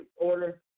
order